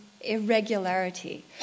irregularity